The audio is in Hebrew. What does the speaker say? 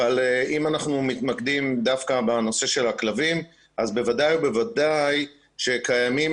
אבל אם אנחנו מתמקדים דווקא בנושא של הכלבים אז בוודאי ובוודאי שקיימים